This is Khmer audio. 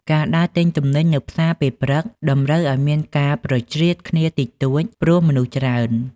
ការដើរទិញទំនិញនៅផ្សារពេលព្រឹកតម្រូវឱ្យមានការប្រជ្រៀតគ្នាតិចតួច ព្រោះមនុស្សច្រើន។